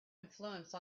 influence